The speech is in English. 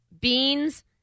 beans